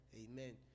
Amen